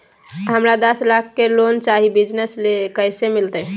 हमरा दस लाख के लोन चाही बिजनस ले, कैसे मिलते?